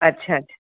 ਅੱਛਾ ਅੱਛਾ